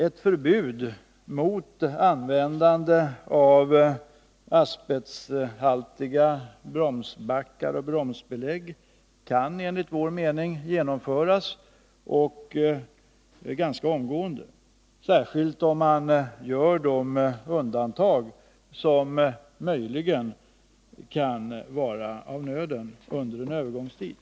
Ett förbud mot användande av asbesthaltiga bromsbackar och bromsbe Nr 15 lägg kan enligt vår mening genomföras ganska omgående — särskilt om man Fredagen den gör de undantag som möjligen kan vara av nöden under en övergångstid.